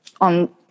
on